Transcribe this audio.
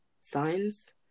signs